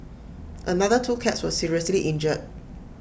another two cats were seriously injured